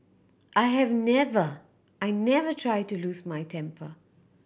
I have never I never try to lose my temper